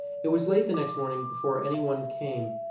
it was late the next morning before any one came,